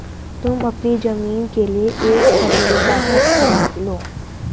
तुम अपनी जमीन के लिए एक कल्टीपैकर खरीद लो